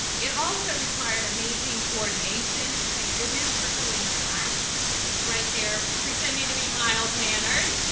it also required amazing coordination and thank goodness for colina black who's right there pretending to be mild-mannered.